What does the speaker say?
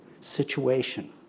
situation